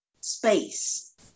space